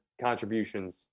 contributions